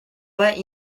pas